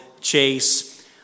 chase